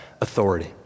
authority